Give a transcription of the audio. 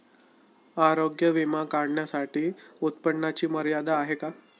आरोग्य विमा काढण्यासाठी उत्पन्नाची मर्यादा आहे का?